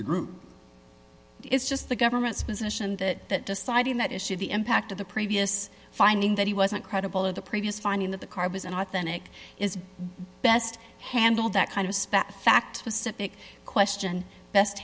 the group it's just the government's position that deciding that issue of the impact of the previous finding that he wasn't credible or the previous finding that the card was an authentic is best handled that kind of spat fact pacific question best